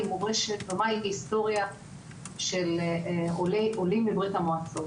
מורשת ומהי היסטוריה של עולים מברית המועצות.